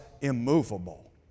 immovable